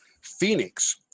Phoenix